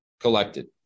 collected